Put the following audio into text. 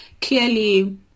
clearly